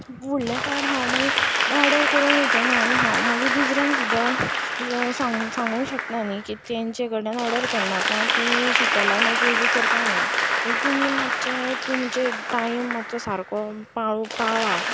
फुडले फावट हांव मागीर ऑर्डर करूंक वयचें ना आनी हांव मागीर दुसऱ्यांक सुद्दा सांग सांगूक शकना न्ही की तांचे कडल्यान ऑर्डर करनाकात तीं शितलान अशीं अशीं करता म्हणून तुमी मातशे तुमचे टायम मातसो सारको पाळू पाळा